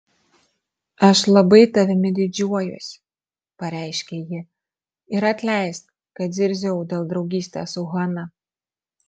aš labai tavimi didžiuojuosi pareiškė ji ir atleisk kad zirziau dėl draugystės su hana